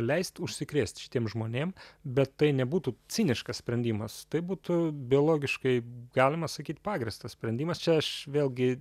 leist užsikrėst šitiem žmonėm bet tai nebūtų ciniškas sprendimas tai būtų biologiškai galima sakyt pagrįstas sprendimas čia aš vėlgi